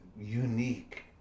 unique